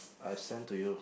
I send to you